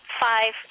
five